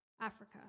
Africa